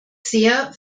sehr